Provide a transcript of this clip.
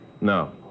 No